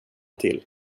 till